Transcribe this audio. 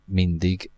mindig